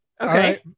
okay